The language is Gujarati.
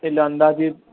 એટલે અંદાજિત